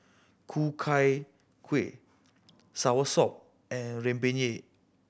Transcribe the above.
Ku Chai Kuih soursop and rempeyek